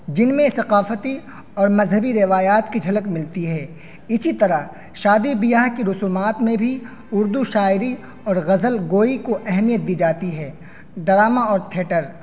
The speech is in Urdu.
جن میں ثقافتی اور مذہبی روایات کی جھلک ملتی ہے اسی طرح شادی بیاہ کے رسومات میں بھی اردو شاعری اور غزل گوئی کو اہمیت دی جاتی ہے ڈراما اور تھیٹر